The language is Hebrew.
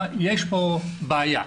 כלומר יש פה בעיה.